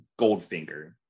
Goldfinger